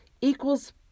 equals